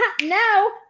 no